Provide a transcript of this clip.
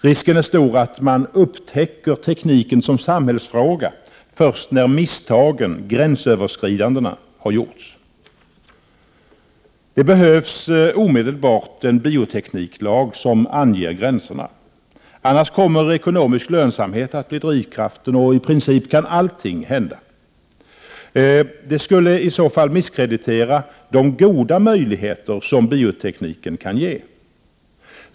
Risken är stor att man ”upptäcker” tekniken som samhällsfråga först när misstagen, gränsöverskridandena har gjorts. Det behövs omedelbart en biotekniklag som anger gränserna. Annars kommer ekonomisk lönsamhet att bli drivkraften, och i princip kan allt komma att hända. Det skulle i så fall misskreditera de goda möjligheter som biotekniken kan ge.